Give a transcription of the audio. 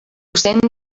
sento